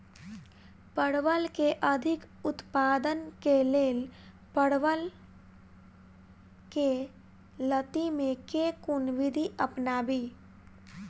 परवल केँ अधिक उत्पादन केँ लेल परवल केँ लती मे केँ कुन विधि अपनाबी?